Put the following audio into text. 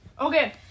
Okay